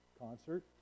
concert